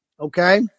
okay